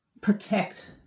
protect